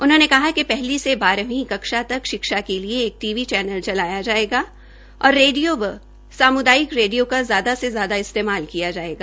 उन्होंने कहा कि पहली से बारहवी कक्षा तक शिक्षा के लिए एक टी वी चैनल चलाया जायेगा और रेडियो एंव सामूदायिक रेडियो का ज्यादा से ज्यादा इस्तेमाल किया जायेगा